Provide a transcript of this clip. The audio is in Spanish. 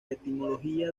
etimología